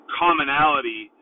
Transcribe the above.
commonality